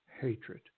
hatred